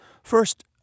First